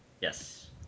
Yes